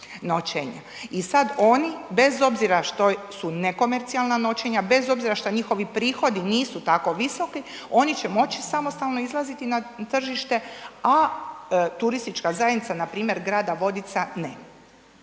I sad oni bez obzira što su nekomercijalna noćenja, bez obzira šta njihovi prihodi nisu tako visoki oni će moći samostalno izlaziti na tržište, a turistička zajednica npr. grada Vodica ne.